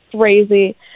crazy